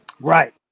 Right